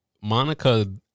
Monica